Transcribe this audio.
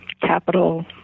capital